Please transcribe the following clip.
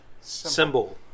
symbol